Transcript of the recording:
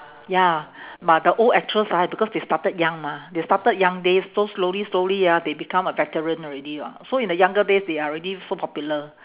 ya but the old actress ah because they started young mah they started young days so slowly slowly ah they become an veteran already [what] so in the younger days they are already so popular